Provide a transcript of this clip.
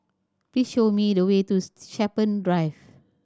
please show me the way to Shepherds Drive